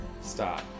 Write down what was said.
stop